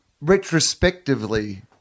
retrospectively